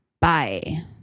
Bye